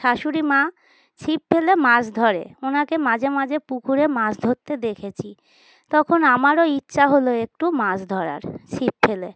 শাশুড়ি মা ছিপ ফেলে মাছ ধরে ওঁকে মাঝে মাঝে পুকুরে মাছ ধরতে দেখেছি তখন আমারও ইচ্ছা হলো একটু মাছ ধরার ছিপ ফেলে